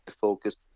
focus